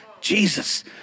Jesus